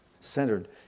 centered